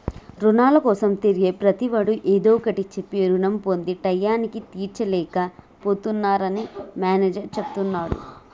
రుణాల కోసం తిరిగే ప్రతివాడు ఏదో ఒకటి చెప్పి రుణం పొంది టైయ్యానికి తీర్చలేక పోతున్నరని మేనేజర్ చెప్తున్నడు